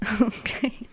Okay